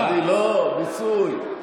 לא, ניסוי.